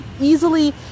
easily